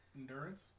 Endurance